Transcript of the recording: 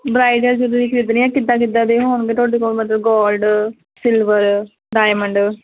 bridal jewellery ਖਰੀਦਣੀ ਆ ਕਿੱਦਾਂ ਕਿੱਦਾਂ ਦੇ ਹੋਣਗੇ ਤੁਹਾਡੇ ਕੋਲ ਮਤਲਬ ਗੋਲਡ ਸਿਲਵਰ ਡਾਇਮੰਡ